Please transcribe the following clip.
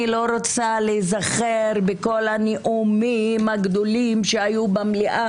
אני לא רוצה להיזכר בכל הנאומים הגדולים שהיו במליאה